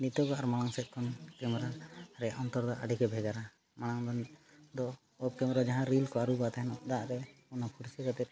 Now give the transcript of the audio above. ᱱᱤᱛᱳᱜ ᱟᱨ ᱢᱟᱲᱟᱝ ᱥᱮᱫ ᱠᱷᱚᱱ ᱠᱮᱢᱨᱟ ᱨᱮ ᱚᱱᱛᱚᱨ ᱫᱚ ᱟᱹᱰᱤ ᱵᱷᱮᱜᱟᱨᱟ ᱢᱟᱲᱟᱝ ᱫᱚ ᱚᱯᱷ ᱠᱮᱢᱮᱨᱟ ᱡᱟᱦᱟᱸ ᱨᱤᱞ ᱠᱚ ᱟᱹᱨᱩᱵᱟ ᱛᱟᱦᱮᱱᱚᱜ ᱫᱟᱜ ᱨᱮ ᱚᱱᱟ ᱯᱚᱨᱤᱥᱠᱟᱨ ᱠᱟᱛᱮᱫ